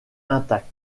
intact